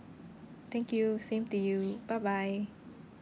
thank you same to you bye bye